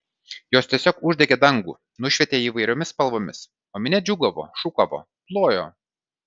jos tiesiog uždegė dangų nušvietė jį įvairiomis spalvomis o minia džiūgavo šūkavo plojo